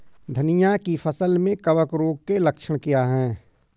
धनिया की फसल में कवक रोग के लक्षण क्या है?